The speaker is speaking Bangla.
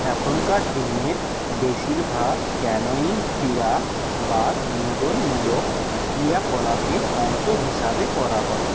এখনকার দিনের বেশিরভাগ ক্যানোয়িং ক্রীড়া বা বিনোদনমূলক ক্রিয়াকলাপের অংশ হিসাবে করা হয়